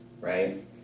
right